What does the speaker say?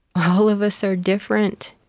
all of us are different,